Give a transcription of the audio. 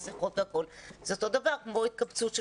מסכות ומה שצריך וזה אותו דבר כמו התקהלות של